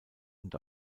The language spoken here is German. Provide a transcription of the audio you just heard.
und